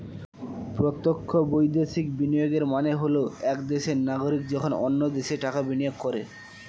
প্রত্যক্ষ বৈদেশিক বিনিয়োগের মানে হল এক দেশের নাগরিক যখন অন্য দেশে টাকা বিনিয়োগ করে